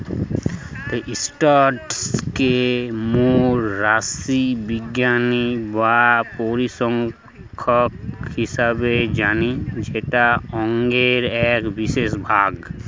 status কে মোরা রাশিবিজ্ঞান বা পরিসংখ্যান হিসেবে জানি যেটা অংকের এক বিশেষ ভাগ